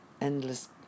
endless